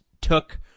took